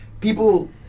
people